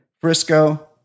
frisco